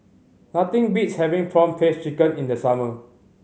nothing beats having prawn paste chicken in the summer